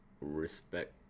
respect